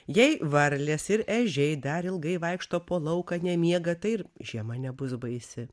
jei varlės ir ežiai dar ilgai vaikšto po lauką nemiega tai ir žiema nebus baisi